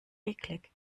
eklig